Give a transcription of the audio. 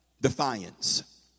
defiance